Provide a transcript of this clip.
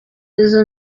izo